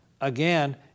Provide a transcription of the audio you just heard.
Again